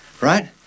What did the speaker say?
right